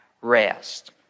rest